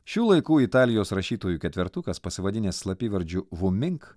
šių laikų italijos rašytojų ketvertukas pasivadinęs slapyvardžiu vumink